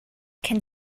can